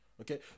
okay